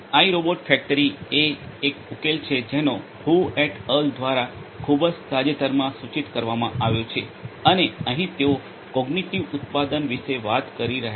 iRobot factory એ એક ઉકેલ છે જેનો હુ એટ અલ દ્વારા ખૂબ જ તાજેતરમાં સૂચિત કરવામાં આવ્યો છે અને અહીં તેઓ કોગ્નિટિવ ઉત્પાદન વિશે વાત કરી રહ્યા છે